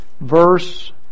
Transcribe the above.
Verse